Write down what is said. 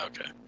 Okay